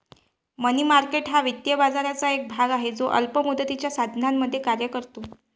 मनी market हा वित्तीय बाजाराचा एक भाग आहे जो अल्प मुदतीच्या साधनांमध्ये कार्य करतो